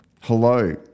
Hello